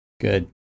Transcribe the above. good